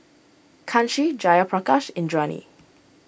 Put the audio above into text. Kanshi Jayaprakash Indranee